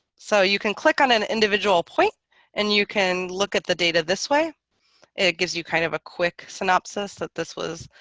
so you can click on an individual point and you can look at the data this way it gives you kind of a quick synopsis that this was